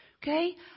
Okay